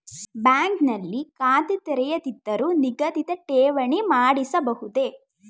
Bank ನಲ್ಲಿ ಖಾತೆ ತೆರೆಯದಿದ್ದರೂ ನಿಗದಿತ ಠೇವಣಿ ಮಾಡಿಸಬಹುದೇ?